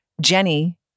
Jenny